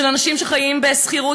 אנשים שחיים בשכירות,